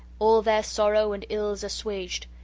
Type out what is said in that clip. all their sorrow and ills assuaged,